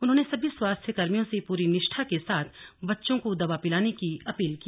उन्होंने सभी स्वास्थ्य कर्मियों से पूरी निष्ठा के साथ बच्चों को दवा पिलाने की अपील की